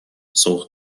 سوق